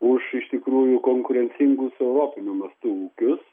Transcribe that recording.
už iš tikrųjų konkurencingus europiniu mastu ūkius